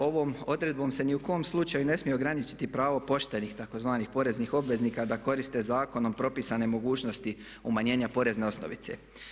Ovom odredbom se ni u kom slučaju ne smije ograničiti pravo poštenih tzv. poreznih obveznika da koriste zakonom propisane mogućnosti umanjenja porezne osnovice.